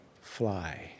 fly